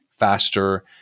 faster